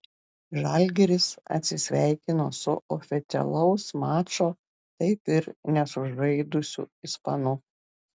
žalgiris atsisveikino su oficialaus mačo taip ir nesužaidusiu ispanu